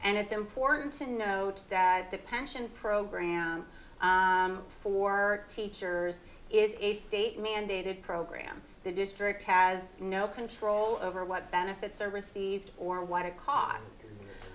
and it's important to note that the pension program for teachers is a state mandated program the district has no control over what benefits are received or what it costs and